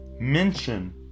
mention